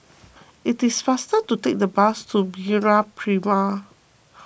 it is faster to take the bus to MeraPrime